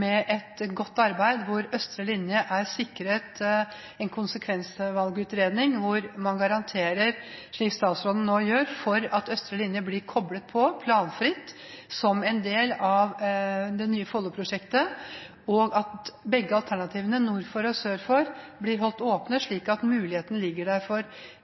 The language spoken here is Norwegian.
med et godt arbeid, hvor østre linje er sikret en konsekvensvalgutredning, og hvor man garanterer – slik statsråden nå gjør – at østre linje blir koblet på planfritt som en del av det nye Follo-prosjektet, og at begge alternativene, nord for og sør for Ski stasjon, blir holdt åpne,